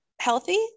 healthy